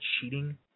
cheating